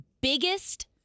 biggest